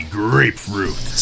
grapefruit